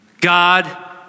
God